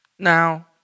Now